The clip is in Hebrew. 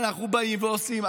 אנחנו באים ועושים.